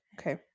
Okay